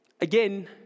Again